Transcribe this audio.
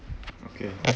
okay